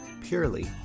purely